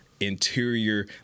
interior